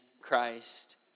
Christ